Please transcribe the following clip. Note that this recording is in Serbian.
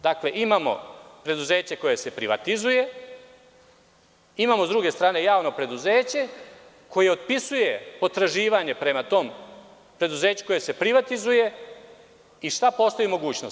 Dakle, imamo preduzeće koja se privatizuje, imamo s druge strane javno preduzeće koje otpisuje potraživanje prema tom preduzeću koje se privatizuje i šta postoji mogućnost?